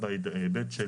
בהיבט של